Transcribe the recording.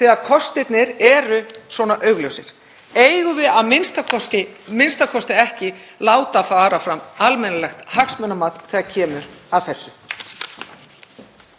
þegar kostirnir eru svo augljósir? Eigum við a.m.k. ekki að láta fara fram almennilegt hagsmunamat þegar kemur að þessu?